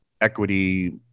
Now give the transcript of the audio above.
equity